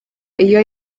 iyo